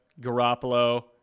Garoppolo